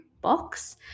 Box